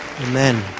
Amen